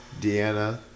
Deanna